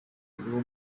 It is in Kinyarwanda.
uwo